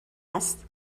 است